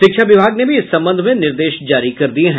शिक्षा विभाग ने भी इस संबंध में निर्देश जारी कर दिया है